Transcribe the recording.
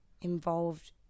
involved